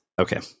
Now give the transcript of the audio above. Okay